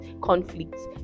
conflicts